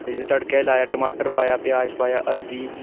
जे तड़के लाया टमाटर पाया प्याज पाया हल्दी